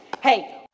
hey